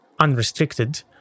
unrestricted